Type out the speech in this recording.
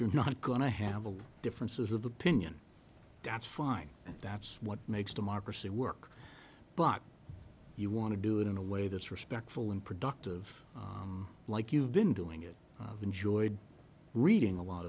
you're not going to have a differences of opinion that's fine and that's what makes democracy work but you want to do it in a way that's respectful and productive like you've been doing it enjoyed reading a lot